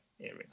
area